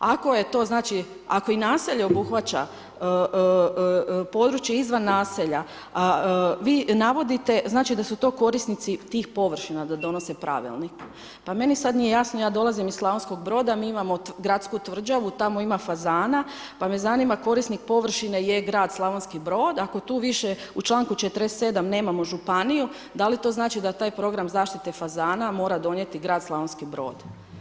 Ako je to znači, ako i naselje obuhvaća područje izvan naselja, vi na vodite da su to korisnici tih površina da donose pravilnik pa meni sad nije jasno, ja dolazim iz Slavonskog Broda, mi imamo Gradsku tvrđavu, tamo ima fazana, pa me zanima korisnik površine je grad Slavonski Brod , ako tu više u članku 47. ne mamo županiju, da li to znači da taj program zaštite fazana mora donijeti grad Slavonski Brod?